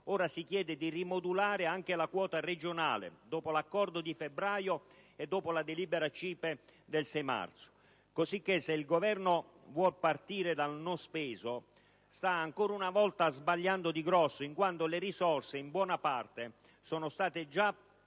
ora si chiede di rimodulare anche la quota regionale dopo l'accordo di febbraio e dopo la delibera CIPE del 6 marzo, cosicché se il Governo può partire dal non speso sta ancora una volta sbagliando di grosso, in quanto le risorse in buona parte sono state già